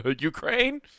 Ukraine